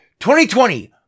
2020